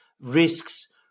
risks